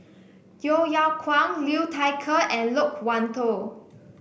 Yeo Yeow Kwang Liu Thai Ker and Loke Wan Tho